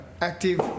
active